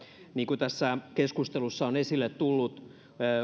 niin kuin tässä keskustelussa on esille tullut